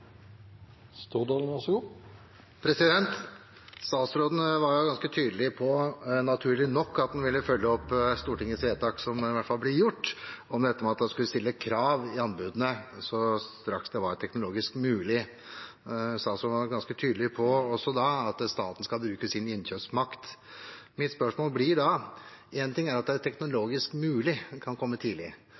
Statsråden var ganske tydelige på, naturlig nok, at han vil følge opp Stortingets vedtak, som i hvert fall blir gjort, om at man skal stille krav i anbudene straks det er teknologisk mulig. Statsråden var også ganske tydelig på at staten skal bruke sin innkjøpsmakt. Mitt spørsmål blir da: En ting er at det teknologisk mulig kan komme tidlig,